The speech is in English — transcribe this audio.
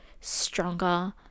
stronger